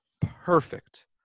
perfect